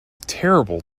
terrible